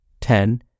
ten